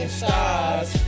stars